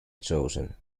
chosen